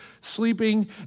sleeping